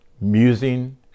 musing